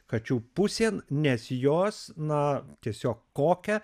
kačių pusėn nes jos na tiesiog kokia